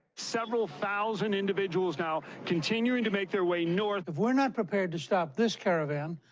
several thousand individuals now continuing to make their way north. if we're not prepared to stop this caravan,